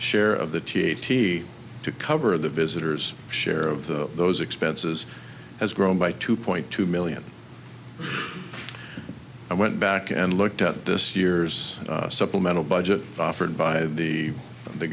share of the t t c to cover the visitors share of the those expenses has grown by two point two million i went back and looked at this years supplemental budget offered by the